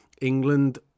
England